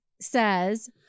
says